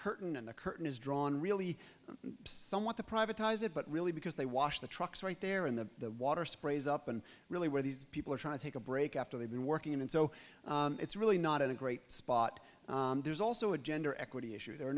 curtain and the curtain is drawn really somewhat the privatized it but really because they wash the trucks right there in the water sprays up and really where these people are trying to take a break after they've been working and so it's really not a great spot there's also a gender equity issue there are